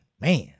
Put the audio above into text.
Man